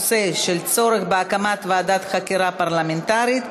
ההצעה לסדר-היום: הצורך בהקמת ועדת חקירה פרלמנטרית,